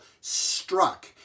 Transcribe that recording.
struck